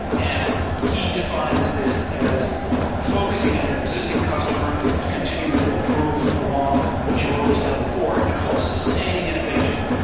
and he defines this as focusing on your existing customer and continuing to improve along what you've always done before, he calls sustaining innovation,